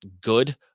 good